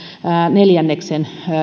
neljänneksen